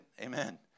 Amen